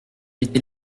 était